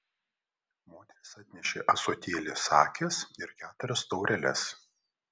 moteris atnešė ąsotėlį sakės ir keturias taureles